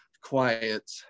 quiet